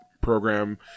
program